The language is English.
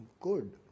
good